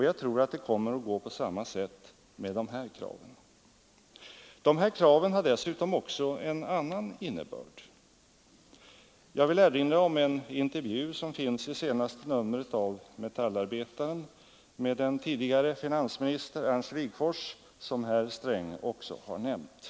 Jag tror att det kommer att gå på samma sätt med de här kraven. Vidare har dessa krav också en annan innebörd. Jag vill erinra om en intervju som finns i senaste numret av Metallarbetaren med en tidigare finansminister, Ernst Wigforss, som herr Sträng också har nämnt.